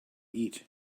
eat